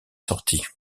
sorties